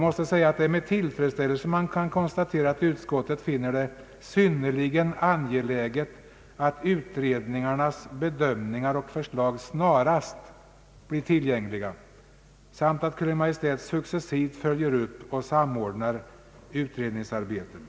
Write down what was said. Man kan med tillfredsställelse konstatera att utskottet finner det synnerligen angeläget att utredningens bedömningar och förslag snarast blir tillgängliga samt att Kungl. Maj:t successivt följer upp och samordnar utredningsarbetet.